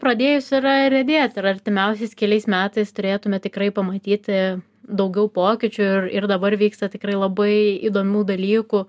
pradėjus yra riedėt ir artimiausiais keliais metais turėtume tikrai pamatyti daugiau pokyčių ir ir dabar vyksta tikrai labai įdomių dalykų